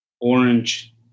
orange